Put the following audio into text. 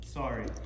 sorry